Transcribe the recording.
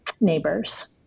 neighbors